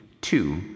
two